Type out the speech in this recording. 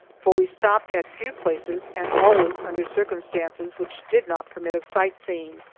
for we stopped at few places and always under circumstances which did not permit of sightseeing.